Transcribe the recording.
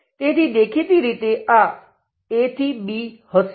તેથી દેખીતી રીતે આ a થી b હશે